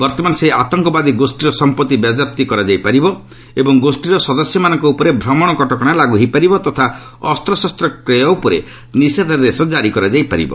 ବର୍ତ୍ତମାନ ସେହି ଆତଙ୍କବାଦୀ ଗୋଷ୍ଠୀର ସମ୍ପଭି ବାଜ୍ୟାପ୍ତି କରାଯାଇ ପାରିବ ଏବଂ ଗୋଷୀର ସଦସ୍ୟମାନଙ୍କ ଉପରେ ଭ୍ରମଣ କଟକଣା ଳାଗୁ ହୋଇପାରିବ ତଥା ଅସ୍ତଶସ୍ତ କ୍ରୟ ଉପରେ ନିଷେଦ୍ଧାଦେଶ ଜାରି କରାଯାଇ ପାରିବ